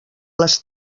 les